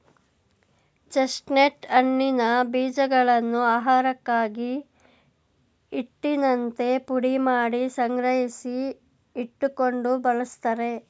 chestnut ಹಣ್ಣಿನ ಬೀಜಗಳನ್ನು ಆಹಾರಕ್ಕಾಗಿ, ಹಿಟ್ಟಿನಂತೆ ಪುಡಿಮಾಡಿ ಸಂಗ್ರಹಿಸಿ ಇಟ್ಟುಕೊಂಡು ಬಳ್ಸತ್ತರೆ